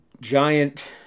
giant